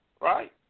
right